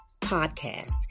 podcast